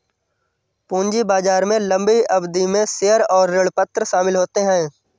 पूंजी बाजार में लम्बी अवधि में शेयर और ऋणपत्र शामिल होते है